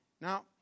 Now